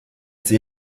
see